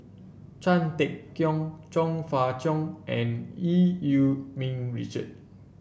Chan Sek Keong Chong Fah Cheong and Eu Yee Ming Richard